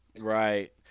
Right